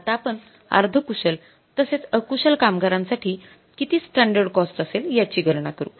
तर आता आपण अर्धकुशल तसेच अकुशल कामगारांसाठी किती स्टॅंडर्ड कॉस्ट असेल याची गणना करू